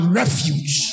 refuge